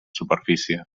superfície